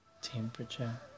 temperature